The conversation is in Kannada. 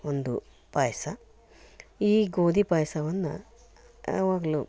ಒಂದು ಪಾಯಸ ಈ ಗೋಧಿ ಪಾಯಸವನ್ನ ಯಾವಾಗಲೂ